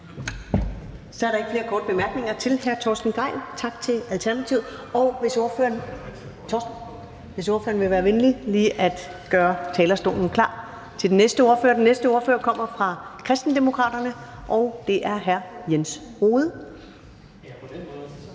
Så er der ikke flere korte bemærkninger til hr. Torsten Gejl. Tak til Alternativet, og vil ordføreren lige være venlig at gøre talerstolen klar til den næste ordfører? Den næste ordfører kommer fra Kristendemokraterne, og det er hr. Jens Rohde.